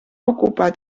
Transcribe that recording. ocupar